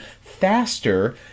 faster